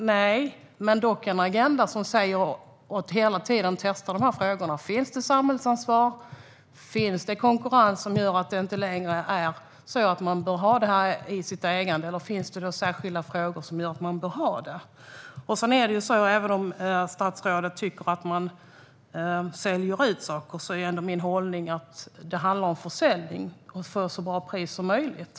Men vi har en agenda som säger att man hela tiden ska testa om det finns samhällsansvar, om det finns konkurrens som gör att staten inte längre bör ha det här i sitt ägande eller om det finns särskilda frågor som gör att man bör ha det. Statsrådet tycker att man säljer ut saker. Men det handlar om försäljning och att få ett så bra pris som möjligt.